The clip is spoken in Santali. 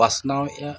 ᱯᱟᱥᱱᱟᱣᱮᱫᱼᱟ